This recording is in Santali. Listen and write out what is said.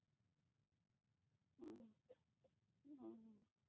ᱦᱳᱭ ᱚ